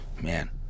man